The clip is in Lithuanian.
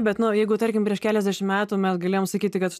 bet nu jeigu tarkim prieš keliasdešim metų mes galėjom sakyti kad